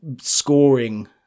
scoring